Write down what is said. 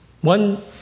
one